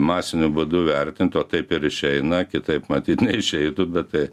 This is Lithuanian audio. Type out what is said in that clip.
masiniu būdu vertint o taip ir išeina kitaip matyt neišeitų bet tai